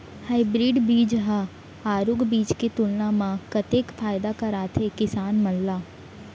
Hybrid बीज हा आरूग बीज के तुलना मा कतेक फायदा कराथे किसान मन ला?